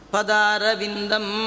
Padaravindam